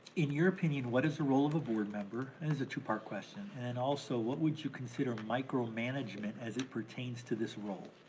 in your opinion, what is the role of a board member, and it's a two part question. and also, what would you consider micromanagement as it pertains to this role?